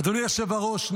אדוני היושב בראש,